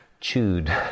chewed